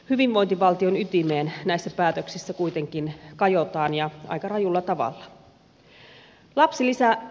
hyvinvointivaltion ytimeen näissä päätöksissä kuitenkin kajotaan ja aika rajulla tavalla